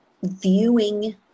Viewing